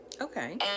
Okay